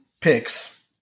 picks